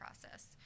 process